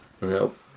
Nope